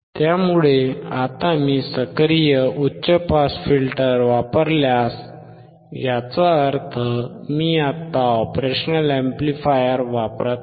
त्यामुळे आता मी सक्रिय उच्च पास फिल्टर वापरल्यास याचा अर्थ मी आता ऑपरेशनल अॅम्प्लिफायर वापरत आहे